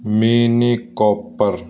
mini cooper